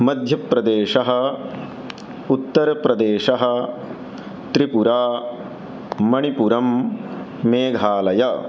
मध्यप्रदेशः उत्तरप्रदेशः त्रिपुरा मणिपुरं मेघालयः